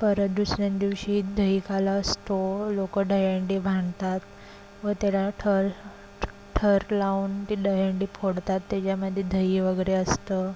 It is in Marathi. परत दुसऱ्या दिवशी दही काला असतो लोकं दहीहंडी बांधतात व त्याला थर थर लावून ती दहीहंडी फोडतात त्याच्यामध्ये दही वगैरे असतं